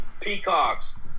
Peacocks